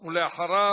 ואחריו,